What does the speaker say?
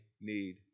need